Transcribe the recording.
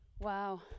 Wow